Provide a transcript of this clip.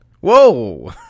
Whoa